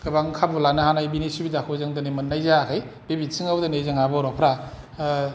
गोबां खाबु लानो हानाय बिनि सुबिधाखौ जों मोननाय जायाखै बे बिथिङाव दिनै जोंहा बर'फ्रा